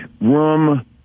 room